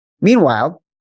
Meanwhile